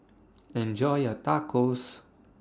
Enjoy your Tacos